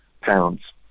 pounds